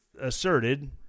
asserted